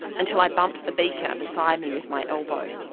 until i bumped the beaker beside me with myelbow.